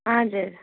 हजुर